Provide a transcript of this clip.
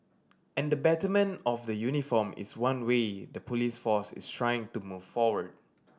and the betterment of the uniform is one way the police force is trying to move forward